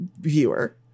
viewer